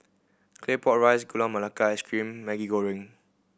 Claypot Rice Gula Melaka Ice Cream Maggi Goreng